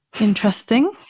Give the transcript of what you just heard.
interesting